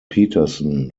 peterson